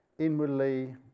Inwardly